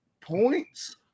points